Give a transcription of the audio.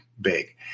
big